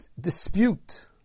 dispute